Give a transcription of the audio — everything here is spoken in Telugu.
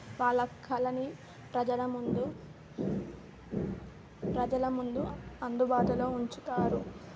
వాళ్ళ కళని ప్రజల ముందు ప్రజల ముందు అందుబాటులో ఉంచుతారు